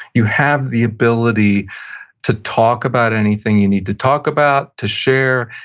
you have the ability to talk about anything you need to talk about, to share,